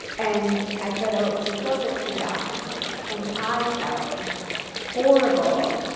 and i said oh it was a girl, but she died. and i felt horrible,